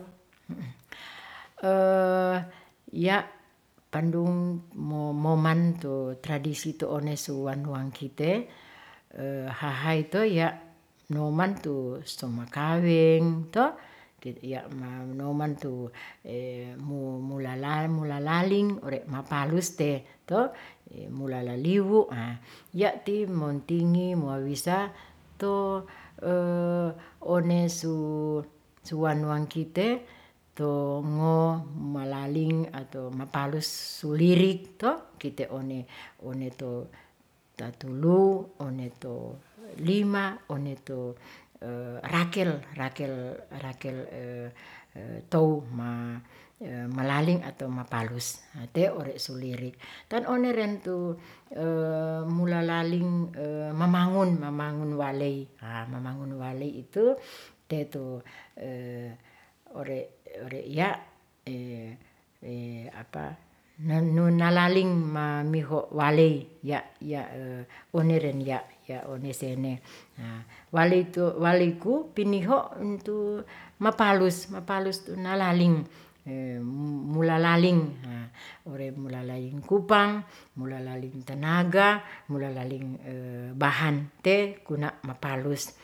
ya' pandung moman, tu tradisi tu onesu wanuang kite hahate ya' noman tu somakaweng iya' manoman tu mulalaling mulalaling ore' mapalus te to mulalaliwu ya ti montingi mowawisa to onesu wanuang kite tu ngo malalaing ato mapalus su lirik to kite one one to tatulu oneto lima oneto rakel, rakel tou malaling ato mapalus, te ore' su lirik tan one rentu a mulalaling mamangun, mamangun waley. mamangun waley itu te tu ore iya' nulalaling ma miho waley yaiya' oneren ya' ya onesene waliku piniho mapalus mapalus tu nalaling mulalaling, ore' mula laling kupang, mulalaling tanaga mulalaling bahan te kuna mapalus.